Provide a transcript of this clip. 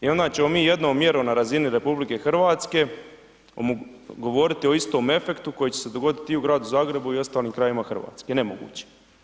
I onda ćemo mi jednom mjerom na razini RH govoriti o istom efektu koji će se dogoditi i u gradu Zagrebu i ostalim krajevima Hrvatske, nemoguće.